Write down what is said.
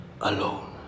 alone